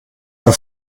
für